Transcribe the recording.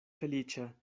feliĉa